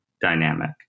dynamic